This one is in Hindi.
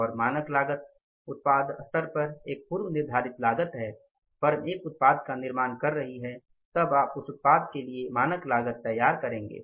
और मानक लागत उत्पाद स्तर पर पूर्व निर्धारित लागत है फर्म एक उत्पाद का निर्माण कर रही है तब आप उस उत्पाद के लिए मानक लागत तैयार करेंगे